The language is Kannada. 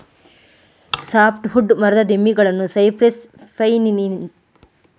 ಸಾಫ್ಟ್ ವುಡ್ ಮರದ ದಿಮ್ಮಿಗಳನ್ನು ಸೈಪ್ರೆಸ್, ಪೈನಿನಂತಹ ಕೋನಿಫೆರಸ್ ಮರಗಳಿಂದ ಸಂಸ್ಕರಿಸಲಾಗುತ್ತದೆ